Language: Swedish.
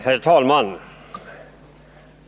Herr talman!